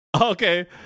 Okay